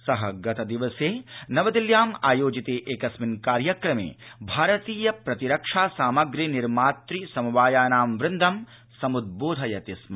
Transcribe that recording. स गतदिवसे नवदिल्ल्याम् आयोजिते एकस्मिन् कार्यक्रमे भारतीय प्रतिरक्षा सामग्री निर्मातु समवायानां वृन्दं समुद् बोधयति स्म